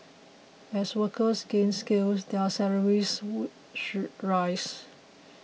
as workers gain skills their salaries would should rise